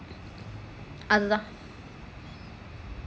அதுதான்:adhuthaan